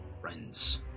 friends